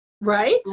Right